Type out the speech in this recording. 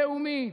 לאומית,